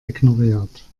ignoriert